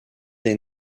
des